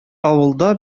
авылда